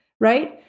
Right